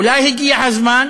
אולי הגיע הזמן